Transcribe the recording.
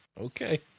okay